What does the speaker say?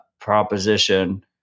proposition